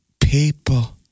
people